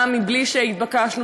גם בלי שהתבקשנו?